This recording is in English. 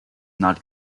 not